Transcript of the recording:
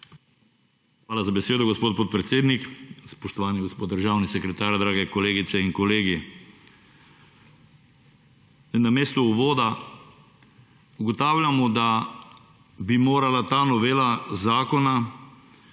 Hvala za besedo gospod podpredsednik. Spoštovani gospod državni sekretar, drage kolegice in kolegi! Namesto uvoda ugotavljamo, da bi morala ta novela zakona,